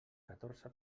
catorze